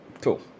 Cool